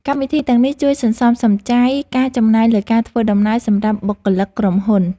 កម្មវិធីទាំងនេះជួយសន្សំសំចៃការចំណាយលើការធ្វើដំណើរសម្រាប់បុគ្គលិកក្រុមហ៊ុន។